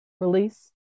release